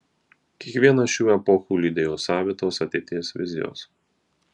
kiekvieną šių epochų lydėjo savitos ateities vizijos